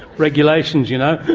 regulations, you know?